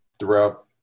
throughout